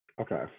Okay